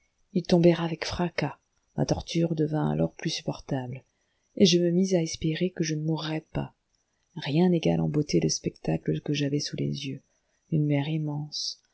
ils tombèrent avec fracas ma torture devint alors plus supportable et je me mis à espérer que je ne mourrais pas rien n'égale en beauté le spectacle que j'avais sous les yeux une mer immense